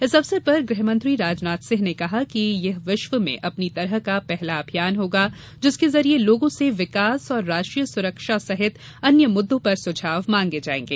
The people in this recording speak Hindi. इस अवसर पर गृहमंत्री राजनाथ सिंह ने कहा कि यह विश्व में अपनी तरह का पहला अभियान होगा जिसके जरिए लोगों से विकास और राष्ट्रीय सुरक्षा सहित अन्य मुद्दों पर सुझाव मांगे जाएंगे